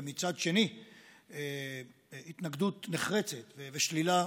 ומצד שני התנגדות נחרצת ושלילה,